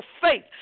faith